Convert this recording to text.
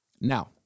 Now